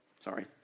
Sorry